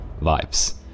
vibes